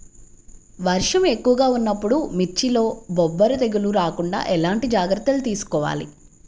వర్షం ఎక్కువగా ఉన్నప్పుడు మిర్చిలో బొబ్బర తెగులు రాకుండా ఎలాంటి జాగ్రత్తలు తీసుకోవాలి?